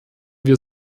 wir